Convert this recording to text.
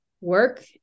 work